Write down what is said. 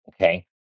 Okay